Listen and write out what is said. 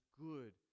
good